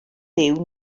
liw